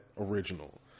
original